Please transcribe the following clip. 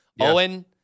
Owen